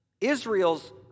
Israel's